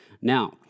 Now